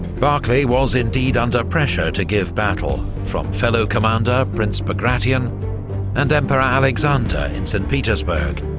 barclay was indeed under pressure to give battle, from fellow commander prince bagration and emperor alexander in st petersburg